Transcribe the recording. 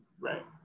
right